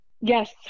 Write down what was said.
yes